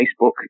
Facebook